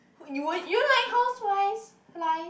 you would you like houseflies flies